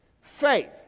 Faith